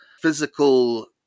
physical